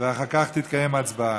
ואחר כך תתקיים הצבעה.